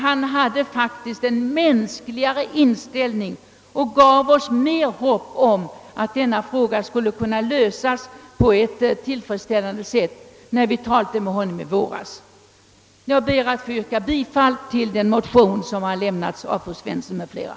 Han visade faktiskt en mera mänsklig inställning och gav oss mer hopp om att detta problem skulle kunna lösas på ett tillfredsställande sätt när vi i våras talade med honom om saken. Jag kommer att rösta för den motion som har avgivits av fru Svensson m.fl.